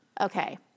Okay